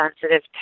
sensitive